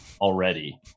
already